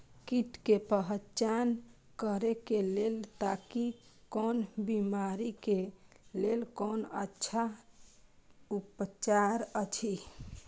कीट के पहचान करे के लेल ताकि कोन बिमारी के लेल कोन अच्छा उपचार अछि?